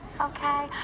okay